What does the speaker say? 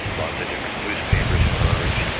lots of different newspapers emerged,